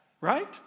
Right